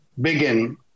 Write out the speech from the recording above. begin